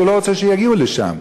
כי הוא לא רוצה שיגיעו לשם.